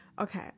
Okay